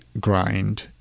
grind